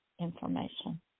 information